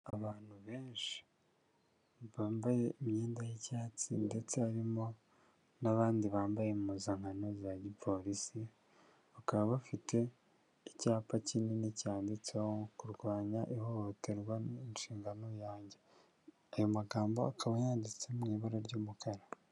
Abantu benshi bambaye imyenda y'icyatsi ndetse harimo n'abandi bambaye impuzankano za gipolisi, bakaba bafite icyapa kinini cyanditseho ''Kurwanya ihohoterwa ni inshingano yanjye'' ayo magambo akaba yanditse mu ibara ry'umukara.